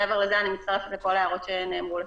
מעבר לזה, אני מצטרפת לכל ההערות שנאמרו לפני.